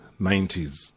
90s